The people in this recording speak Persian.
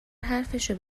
حرفشو